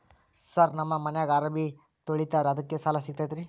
Sir ನಮ್ಮ ಮನ್ಯಾಗ ಅರಬಿ ತೊಳಿತಾರ ಅದಕ್ಕೆ ಸಾಲ ಸಿಗತೈತ ರಿ?